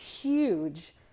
huge